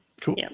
Cool